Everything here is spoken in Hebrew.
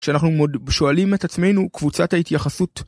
כשאנחנו מוד.. שואלים את עצמנו קבוצת ההתייחסות.